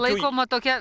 laikoma tokia